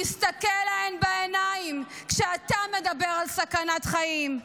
תסתכל להן בעיניים כשאתה מדבר על סכנת חיים.